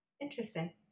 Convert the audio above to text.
interesting